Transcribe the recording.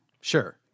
Sure